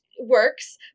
works